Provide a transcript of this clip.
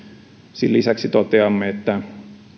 sen lisäksi toteamme että